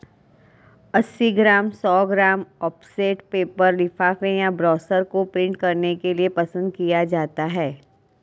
अस्सी ग्राम, सौ gram offset paper लिफाफे या ब्रोशर को प्रिंट करने के लिए पसंद किया जाता है